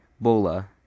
Bola